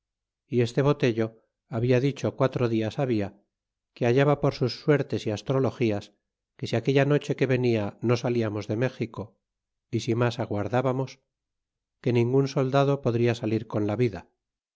y este botello habia dicho quatro dias habia que hallaba por sus suertes y astrologías que si aquella noche que venia no salíamos de méxico y si mas agua tlbamos que ningun soldado podria salir con la vida